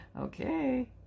okay